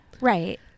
Right